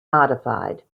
modified